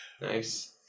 nice